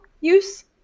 use